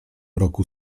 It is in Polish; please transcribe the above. roku